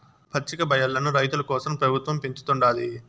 పచ్చికబయల్లను రైతుల కోసరం పెబుత్వం పెంచుతుండాది